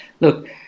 look